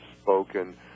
spoken